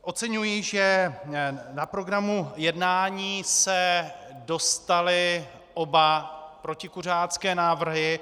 Oceňuji, že na program jednání se dostaly oba protikuřácké návrhy.